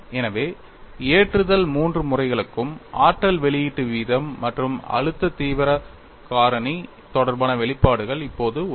எனவே ஏற்றுதல் மூன்று முறைகளுக்கும் ஆற்றல் வெளியீட்டு வீதம் மற்றும் அழுத்த தீவிரம் காரணி தொடர்பான வெளிப்பாடுகள் இப்போது உள்ளன